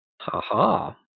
Ha-ha